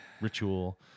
ritual